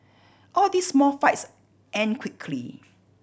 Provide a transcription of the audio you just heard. all these small fights end quickly